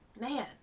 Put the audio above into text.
man